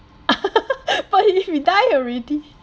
but if we die already